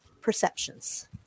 perceptions